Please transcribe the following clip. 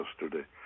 yesterday